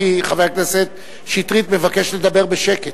כי חבר הכנסת שטרית מבקש לדבר בשקט.